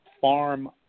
Farm